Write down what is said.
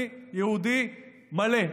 אני יהודי מלא,